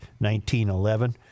1911